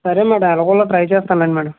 సరే మేడం ఎలాగో అలాగా ట్రై చేస్తాలేండి మేడం